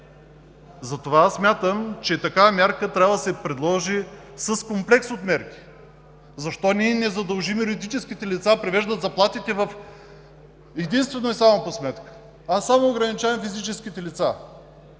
Затова аз смятам, че такава мярка трябва да се предложи в комплекс от мерки. Защо ние не задължим юридическите лица да превеждат заплатите в единствено и само по сметка, а само ограничаваме физическите лица?